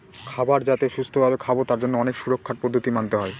খাবার যাতে সুস্থ ভাবে খাবো তার জন্য অনেক সুরক্ষার পদ্ধতি মানতে হয়